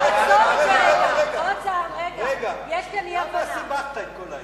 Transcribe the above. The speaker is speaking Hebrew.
אז יהיה דיון גם בוועדה וגם במליאה.